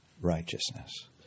righteousness